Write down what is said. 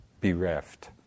bereft